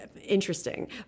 interesting